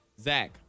Zach